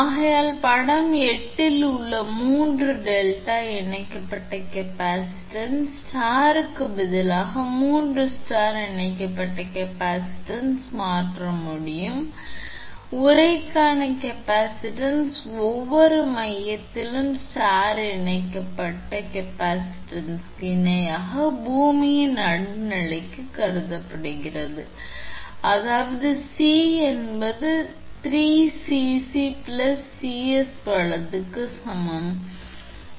ஆகையால் படம் 8 இல் உள்ள 3 டெல்டா இணைக்கப்பட்ட கேப்பாசிட்டன்ஸ் ஸ்டார் க்கு பதிலாக 3 ஸ்டார் இணைக்கப்பட்ட கேப்பாசிட்டன்ஸ் மாற்ற முடியும் உறைக்கான கேப்பாசிட்டன்ஸ் ஒவ்வொரு மையத்தின் ஸ்டார் இணைக்கப்பட்ட கேப்பாசிட்டன்ஸ்க்கு இணையாக பூமியின் நடுநிலைக்கு கருதப்படுகிறது அதாவது C என்பது 3𝐶𝑐 𝐶𝑠 வலதுக்கு சமமாக இருக்கும்